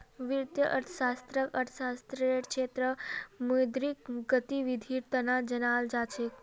वित्तीय अर्थशास्त्ररक अर्थशास्त्ररेर क्षेत्रत मौद्रिक गतिविधीर तना जानाल जा छेक